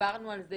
ודיברנו על זה